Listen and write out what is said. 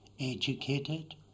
educated